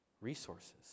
resources